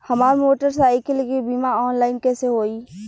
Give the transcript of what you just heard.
हमार मोटर साईकीलके बीमा ऑनलाइन कैसे होई?